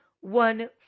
one